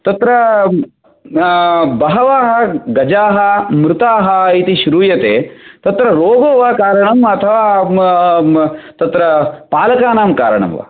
तत्र बहवः गजाः मृताः इति श्रुयते तत्र रोगो वा कारणम् अथवा तत्र पालकानां कारणं वा